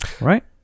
right